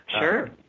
Sure